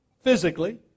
physically